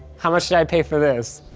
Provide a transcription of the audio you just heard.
how much did i pay for this?